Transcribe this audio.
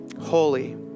Holy